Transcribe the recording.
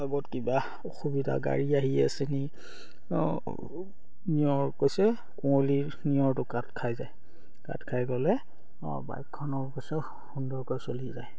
লগত কিবা অসুবিধা গাড়ী আহি আছেনি নিয়ৰ কৈছে কুঁৱলিৰ নিয়ৰটো কাট খাই যায় কাট খাই গ'লে বাইকখনৰ কৈছে সুন্দৰকৈ চলি যায়